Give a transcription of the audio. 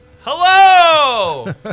Hello